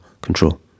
control